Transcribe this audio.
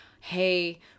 hey